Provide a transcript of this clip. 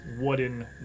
wooden